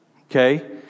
Okay